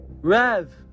Rev